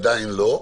עדיין לא.